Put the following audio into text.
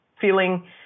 feeling